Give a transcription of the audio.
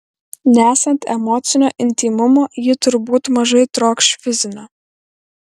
nesant emocinio intymumo ji turbūt mažai trokš fizinio